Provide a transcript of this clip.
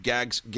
Gags